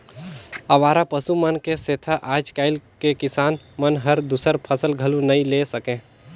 अवारा पसु मन के सेंथा आज कायल के किसान मन हर दूसर फसल घलो नई ले सके